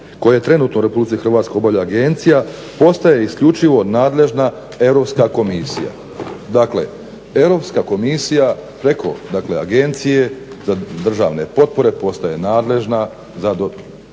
koje trenutno u RH obavlja agencija postaje isključivo nadležna Europska komisija. Dakle, Europska komisija preko, dakle Agencije za državne potpore postaje nadležna za dodjelu,